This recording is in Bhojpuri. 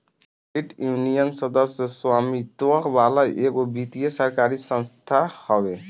क्रेडिट यूनियन, सदस्य स्वामित्व वाला एगो वित्तीय सरकारी संस्था हवे